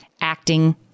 acting